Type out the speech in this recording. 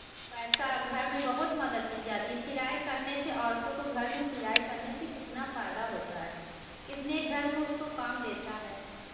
पैसा घर में बहुत मदद मिल जाती है सिलाई करने से औरतों को घर में सिलाई करने से कितना फ़ायदा होता है कितने घर में उसको काम देता है